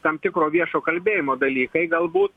tam tikro viešo kalbėjimo dalykai galbūt